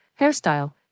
hairstyle